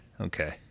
okay